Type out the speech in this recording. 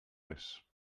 res